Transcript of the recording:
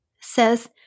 says